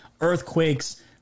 earthquakes